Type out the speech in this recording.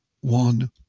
one